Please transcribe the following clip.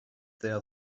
there